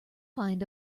find